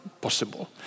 possible